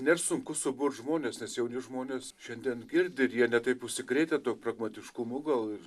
nėr sunku suburt žmones nes jauni žmonės šiandien girdi ir jie ne taip užsikrėtę tuo pragmatiškumu gal ir